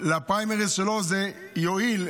לפריימריז שלו זה יועיל,